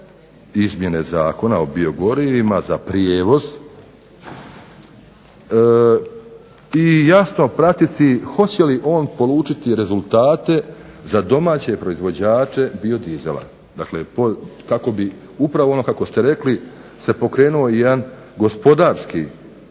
izmjene Zakona o biogorivima za prijevoz i jasno pratiti hoće li on polučiti rezultate za domaće proizvođače biodizela, dakle kako bi upravo ono kako ste rekli se pokrenuo jedan gospodarski